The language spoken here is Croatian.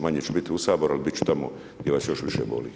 Manje ću biti u Saboru, ali bit ću tamo gdje vas još više boli.